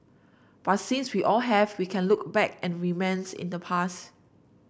but since we all have we can look back and reminisce in the past